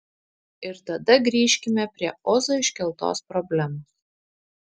ir tada grįžkime prie ozo iškeltos problemos